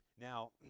Now